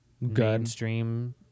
mainstream